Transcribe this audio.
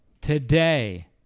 today